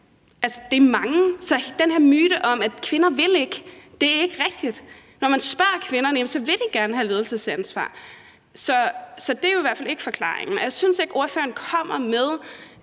det er mange, så det er en myte, at kvinder ikke vil; det er ikke rigtigt. Når man spørger kvinderne, vil de gerne have ledelsesansvar. Så det er jo i hvert fald ikke forklaringen, og jeg synes ikke, at ordføreren kommer med